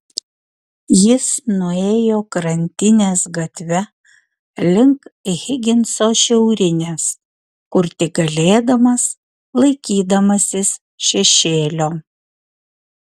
jis nuėjo krantinės gatve link higinso šiaurinės kur tik galėdamas laikydamasis šešėlio